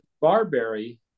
barberry